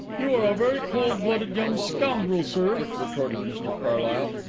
you are a very cold-blooded young scoundrel, sir! retorted mr carlyle.